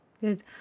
Good